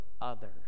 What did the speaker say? others